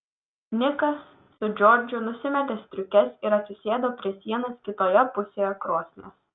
nikas su džordžu nusimetė striukes ir atsisėdo prie sienos kitoje pusėje krosnies